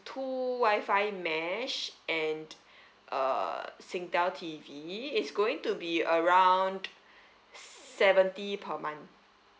two wi-fi mesh and uh singtel T_V it's going to be around seventy per month